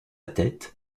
tête